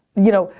you know.